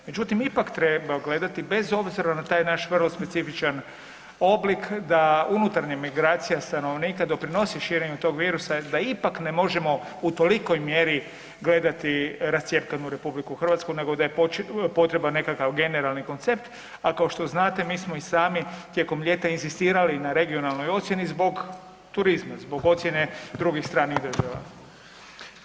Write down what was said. Međutim, ipak treba gledati bez obzira na taj naš vrlo specifičan oblik da unutarnja migracija stanovnika doprinosi širenju tog virusa, da ipak ne možemo u tolikoj mjeri gledati rascjepkanu RH nego da je potreban nekakav generalni koncept, a kao što znate mi smo i sami tijekom ljeta inzistirali na regionalnoj ocijeni zbog turizma, zbog ocijene drugih stranih država.